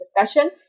discussion